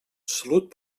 salut